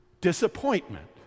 disappointment